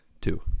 Two